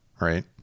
right